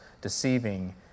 deceiving